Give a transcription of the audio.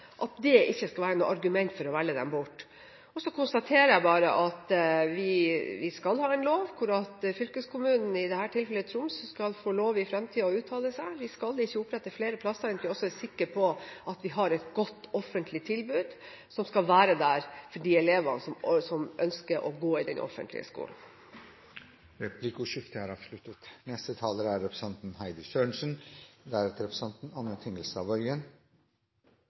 at det ikke skal være noe argument for å velge dem bort. Og så konstaterer jeg bare at vi skal ha en lov som gjør at fylkeskommunen, i dette tilfellet Troms, skal få lov til å uttale seg i fremtiden. Vi skal ikke opprette flere plasser enn at vi er sikre på at vi har et godt offentlig tilbud som skal være der for de elevene som ønsker å gå i den offentlige skolen. Replikkordskiftet er avsluttet.